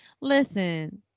Listen